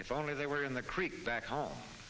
if only they were in the creek back home